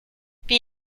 wie